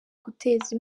guteza